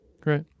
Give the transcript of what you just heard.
great